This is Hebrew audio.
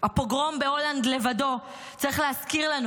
הפוגרום בהולנד לבדו צריך להזכיר לנו